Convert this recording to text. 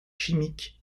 chimiques